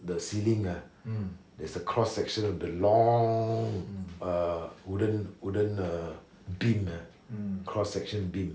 the ceiling uh there's a cross section of the long err wooden wooden uh beam uh cross section beam